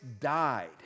died